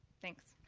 thanks.